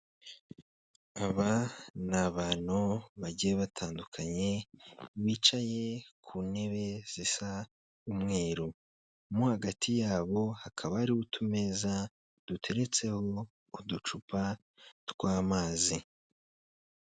Aba ni abantu bagiye batandukanye bicaye ku ntebe zisa umweru. Mo hagati yabo hakaba hariho utumeza duteretseho uducupa tw'amazi.